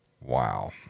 Wow